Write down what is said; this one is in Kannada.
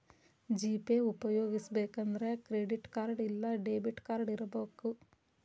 ಜಿ.ಪೇ ಉಪ್ಯೊಗಸ್ಬೆಕಂದ್ರ ಕ್ರೆಡಿಟ್ ಕಾರ್ಡ್ ಇಲ್ಲಾ ಡೆಬಿಟ್ ಕಾರ್ಡ್ ಇರಬಕು